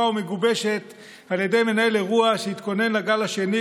ומגובשת על ידי מנהל אירוע שהתכונן לגל השני,